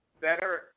better